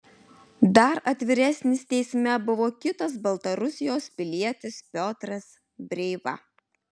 dar atviresnis teisme buvo kitas baltarusijos pilietis piotras breiva